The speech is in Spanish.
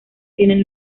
tienen